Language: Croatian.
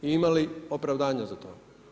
Imali opravdanja za to?